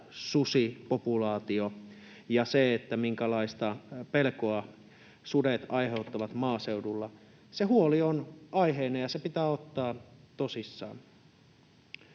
susipopulaatio ja se, minkälaista pelkoa sudet aiheuttavat maaseudulla. Se huoli on aiheellinen, ja se pitää ottaa tosissaan.